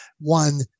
One